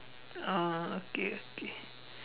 oh okay okay